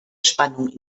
spannung